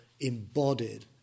embodied